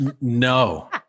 no